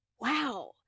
wow